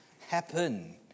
happen